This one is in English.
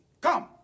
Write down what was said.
Come